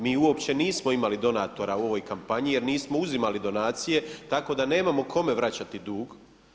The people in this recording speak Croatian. Mi uopće nismo imali donatora u ovoj kampanji jer nismo uzimali donacije tako da nemamo kome vraćati dug.